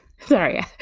Sorry